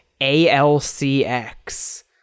ALCX